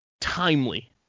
timely